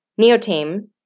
neotame